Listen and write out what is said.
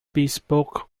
bespoke